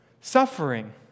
Suffering